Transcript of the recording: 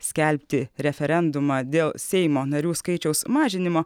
skelbti referendumą dėl seimo narių skaičiaus mažinimo